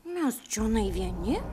mes čionai vieni